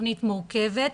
תוכנית מורכבת,